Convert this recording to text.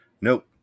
Nope